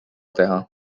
teha